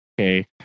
Okay